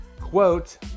Quote